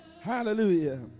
Hallelujah